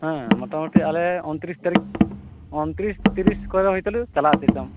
ᱦᱮᱸ ᱢᱚᱴᱟᱢᱩᱴᱤ ᱟᱞᱮ ᱩᱱᱛᱨᱤᱥ ᱛᱟᱹᱨᱤᱠᱷ ᱩᱱᱛᱨᱤᱥ ᱛᱤᱨᱤᱥ ᱠᱚᱛᱮ ᱦᱚᱭᱛᱚᱞᱮ ᱪᱟᱞᱟᱜᱼᱟ ᱪᱮᱫ ᱪᱚᱝ